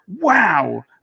Wow